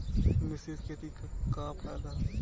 मिश्रित खेती क का फायदा ह?